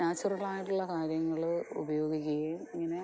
natural ആയിട്ടുള്ള കാര്യങ്ങൾ ഉപയോഗിക്കുകയും പിന്നെ